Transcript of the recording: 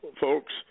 folks